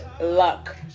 luck